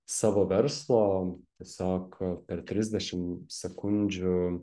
savo verslo tiesiog per trisdešim sekundžių